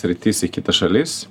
sritis į kitas šalis